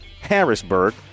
Harrisburg